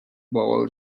bowl